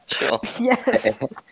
Yes